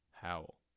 Howl